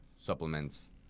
supplements